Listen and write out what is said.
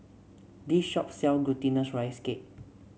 this shop sell Glutinous Rice Cake